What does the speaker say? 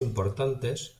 importantes